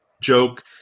joke